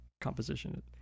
composition